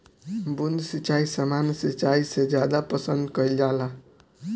बूंद सिंचाई सामान्य सिंचाई से ज्यादा पसंद कईल जाला